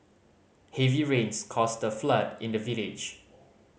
heavy rains caused a flood in the village